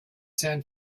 san